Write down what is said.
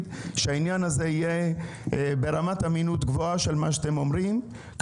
שהעניין הזה ומה שאתם אומרים יהיה ברמת אמינות גבוהה.